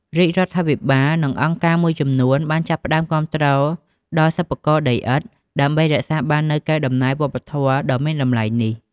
រាជរដ្ឋាភិបាល និងអង្គការមួយចំនួនបានចាប់ផ្ដើមគាំទ្រដល់សិប្បករដីឥដ្ឋ ដើម្បីរក្សាបាននូវកេរដំណែលវប្បធម៌ដ៏មានតម្លៃនេះ។